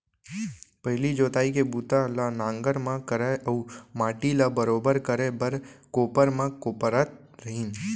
पहिली जोतई के बूता ल नांगर म करय अउ माटी ल बरोबर करे बर कोपर म कोपरत रहिन